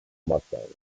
mustangs